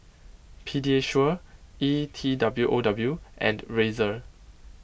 Pediasure E T W O W and Razer